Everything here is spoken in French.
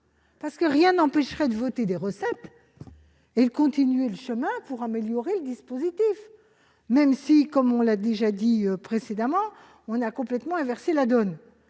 dilatoire. Rien n'empêcherait de voter des recettes et de continuer le chemin pour améliorer le dispositif, même si- cela a été dit précédemment -on a complètement inversé la donne.